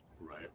Right